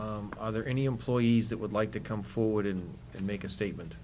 so are there any employees that would like to come forward and make a statement